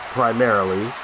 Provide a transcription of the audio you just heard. primarily